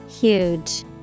Huge